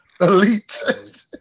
Elite